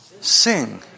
Sing